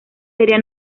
sería